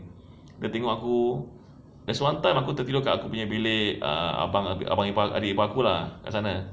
dia tengok aku there's one time aku tertidur dekat aku punya bilik ah abang-abang ipar adik ipar aku lah kat sana